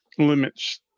limits